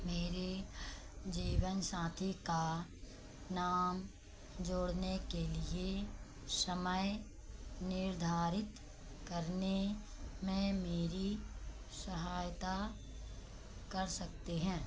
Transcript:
मेरे जीवनसाथी का नाम जोड़ने के लिए समय निर्धारित करने में मेरी सहायता कर सकते हैं